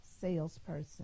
salesperson